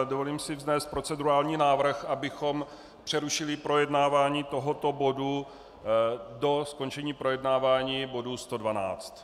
Dovolím si vznést procedurální návrh, abychom přerušili projednávání tohoto bodu do skončení projednávání bodu 112.